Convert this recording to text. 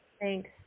Thanks